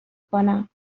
کنم